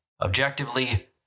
objectively